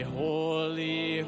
holy